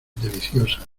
deliciosa